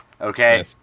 Okay